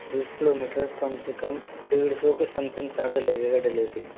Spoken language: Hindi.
बीस किलोमीटर कम से कम डेढ़ सौ के समथिंग चार्ज लगेगा डिलिवरी